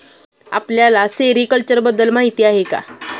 आपल्याला सेरीकल्चर बद्दल माहीती आहे का?